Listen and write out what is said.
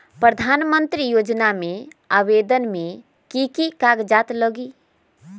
प्रधानमंत्री योजना में आवेदन मे की की कागज़ात लगी?